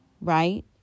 right